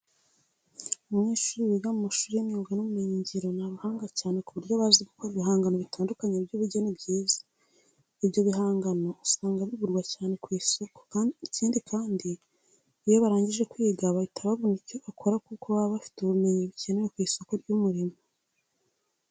Abanyeshuri biga mu mashuri y'imyuga n'ubumenyingiro ni abahanga cyane ku buryo bazi gukora ibihangano bitandukanye by'ubugeni byiza. Ibyo bihangano usanga bigurwa cyane ku isoko. Ikindi kandi, iyo barangije kwiga bahita babona icyo bakora kuko baba bafite ubumenyi bukenewe ku isoko ry'umurimo.